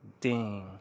ding